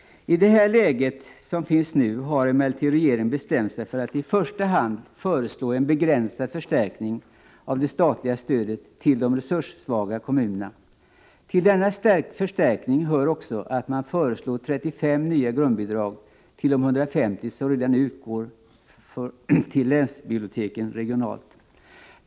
I detta läge har regeringen bestämt sig för att i första hand föreslå en begränsad förstärkning av det statliga stödet till de resurssvaga kommunerna. Till denna förstärkning hör också att man föreslår 35 nya grundbidrag utöver de 150 som redan nu utgår till länsbiblioteken regionalt.